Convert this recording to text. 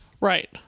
Right